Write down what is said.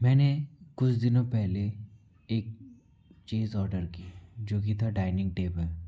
मैंने कुछ दिनों पहले एक चीज़ ऑर्डर की जोकि था एक डाइनिंग टेबल